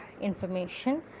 information